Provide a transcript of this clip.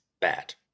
bad